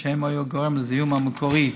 והם היו הגורם לזיהום המקומי.